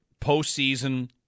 postseason